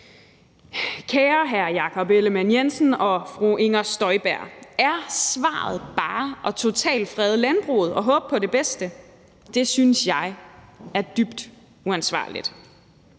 Kære hr. Jakob Ellemann-Jensen og fru Inger Støjberg, er svaret bare at totalfrede landbruget og håbe på det bedste? Det synes jeg er dybt uansvarligt.